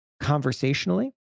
conversationally